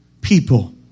People